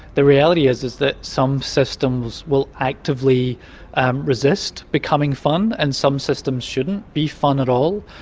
the reality is is that some systems will actively resist becoming fun and some systems shouldn't be fun at all.